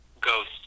ghost